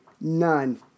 None